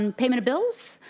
and payment of bills.